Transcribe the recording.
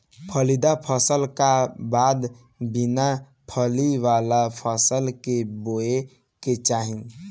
फलीदार फसल का बाद बिना फली वाला फसल के बोए के चाही